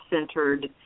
centered